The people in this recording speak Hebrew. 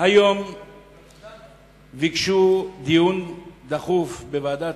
היום ביקשו דיון דחוף בוועדת